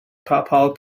papal